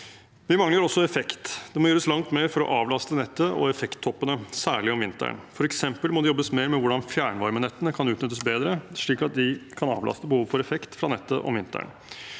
Vi mangler også effekt. Det må gjøres langt mer for å avlaste nettet og effekttoppene, særlig om vinteren. For eksempel må det jobbes mer med hvordan fjernvarmenettene kan utnyttes bedre, slik at de kan avlaste behov for effekt fra nettet om vinteren.